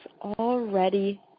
already